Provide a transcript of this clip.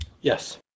Yes